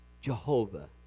Jehovah